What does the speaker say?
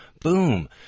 Boom